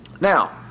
Now